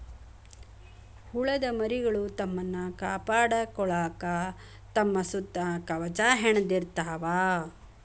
ಹುಳದ ಮರಿಗಳು ತಮ್ಮನ್ನ ಕಾಪಾಡಕೊಳಾಕ ತಮ್ಮ ಸುತ್ತ ಕವಚಾ ಹೆಣದಿರತಾವ